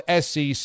SEC